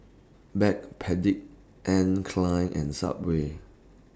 Backpedic Anne Klein and Subway